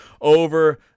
over